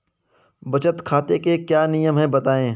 बचत खाते के क्या नियम हैं बताएँ?